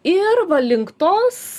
ir va link tos